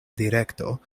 direkto